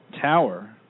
tower